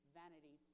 vanity